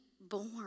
born